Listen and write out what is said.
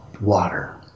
water